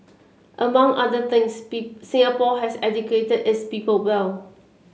among other things Singapore has educated its people well